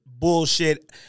bullshit